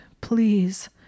please